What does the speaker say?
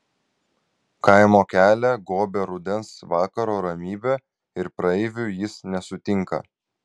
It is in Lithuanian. kaimo kelią gobia rudens vakaro ramybė ir praeivių jis nesutinka